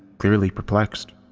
clearly perplexed.